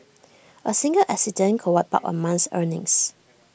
A single accident could wipe out A month's earnings